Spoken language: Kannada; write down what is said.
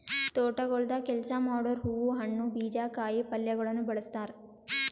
ತೋಟಗೊಳ್ದಾಗ್ ಕೆಲಸ ಮಾಡೋರು ಹೂವು, ಹಣ್ಣು, ಬೀಜ, ಕಾಯಿ ಪಲ್ಯಗೊಳನು ಬೆಳಸ್ತಾರ್